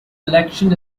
election